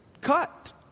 cut